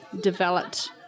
developed